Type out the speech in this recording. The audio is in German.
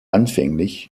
anfänglich